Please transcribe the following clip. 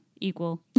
equal